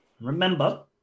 Remember